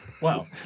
Wow